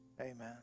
Amen